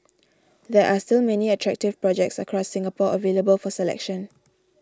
there are still many attractive projects across Singapore available for selection